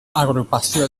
agrupació